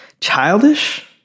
childish